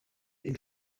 est